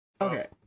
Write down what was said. Okay